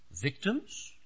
Victims